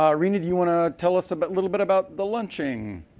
um reena, do you want to tell us a but little bit about the lunching?